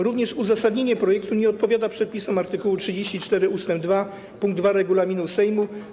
Również uzasadnienie projektu nie odpowiada przepisom art. 34 ust. 2 pkt 2 regulaminu Sejmu.